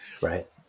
right